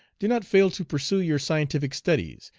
do not fail to pursue your scientific studies,